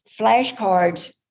flashcards